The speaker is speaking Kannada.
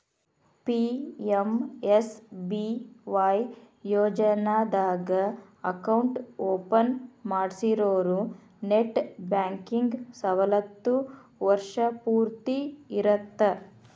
ಪಿ.ಎಂ.ಎಸ್.ಬಿ.ವಾಯ್ ಯೋಜನಾದಾಗ ಅಕೌಂಟ್ ಓಪನ್ ಮಾಡ್ಸಿರೋರು ನೆಟ್ ಬ್ಯಾಂಕಿಂಗ್ ಸವಲತ್ತು ವರ್ಷ್ ಪೂರ್ತಿ ಇರತ್ತ